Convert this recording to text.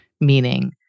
meaning